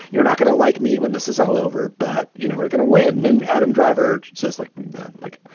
you're not going to like me when this is all over, but you know, we're going to win. and adam driver says like that. like,